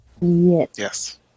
Yes